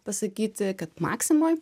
pasakyti kad maksimoj